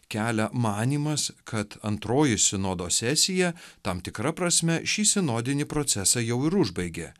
kelia manymas kad antroji sinodo sesija tam tikra prasme šį sinodinį procesą jau ir užbaigė